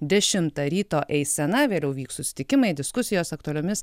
dešimtą ryto eisena vėliau vyks susitikimai diskusijos aktualiomis